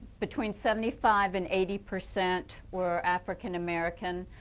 between seventy five and eighty percent were african american.